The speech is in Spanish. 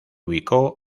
ubicó